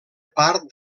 part